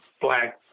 black